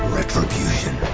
retribution